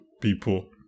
people